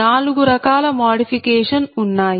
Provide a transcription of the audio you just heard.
4 రకాల మాడిఫికేషన్ ఉన్నాయి